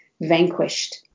vanquished